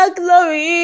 glory